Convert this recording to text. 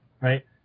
right